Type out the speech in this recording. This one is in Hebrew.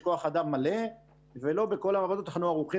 לא בכל המעבדות יש כוח-אדם מלא ולא בכל המעבדות אנחנו ערוכים